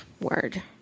Word